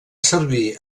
servir